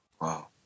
Wow